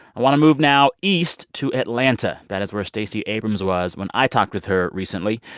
i want to move now east to atlanta. that is where stacey abrams was when i talked with her recently.